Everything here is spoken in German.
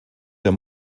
der